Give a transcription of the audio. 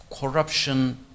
corruption